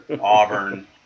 Auburn